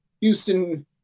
Houston